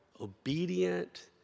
obedient